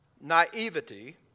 naivety